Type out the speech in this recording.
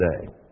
today